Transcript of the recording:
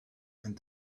and